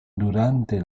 durante